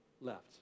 left